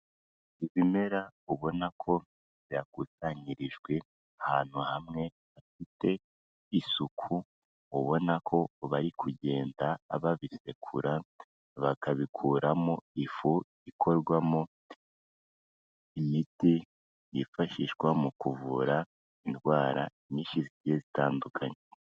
Ibimera ubona ko byakusanyirijwe ahantu hamwe hafite isuku, ubona ko bari kugenda babisekura bakabikuramo ifu ikorwamo imiti yifashishwa mu kuvura indwara nyinshi zitandukanye.